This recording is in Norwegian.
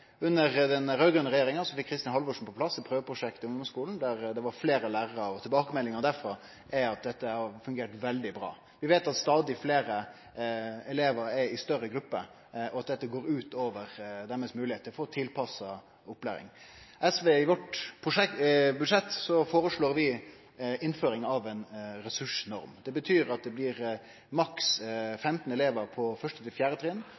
Under den raud-grøne regjeringa fekk Kristin Halvorsen på plass eit prøveprosjekt i ungdomsskulen med fleire lærarar, og tilbakemeldinga derfrå er at dette har fungert veldig bra. Vi veit at stadig fleire elevar er i større grupper, og at dette går ut over deira moglegheit til å få tilpassa opplæring. I vårt budsjett føreslår vi innføring av ei ressursnorm. Det betyr at det blir maks 15 elevar på 1.–4. trinn og maks 20 elevar på resten av trinna i grunnskulen. Mitt spørsmål til